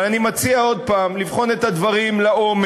אבל אני מציע, עוד הפעם, לבחון את הדברים לעומק,